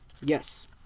Yes